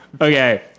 Okay